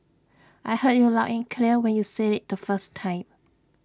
I heard you loud in clear when you said IT the first time